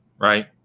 right